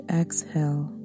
exhale